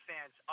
fans